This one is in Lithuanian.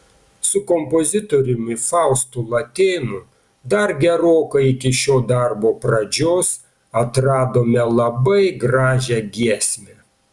su kompozitoriumi faustu latėnu dar gerokai iki šio darbo pradžios atradome labai gražią giesmę